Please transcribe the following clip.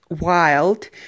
wild